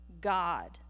God